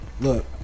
Look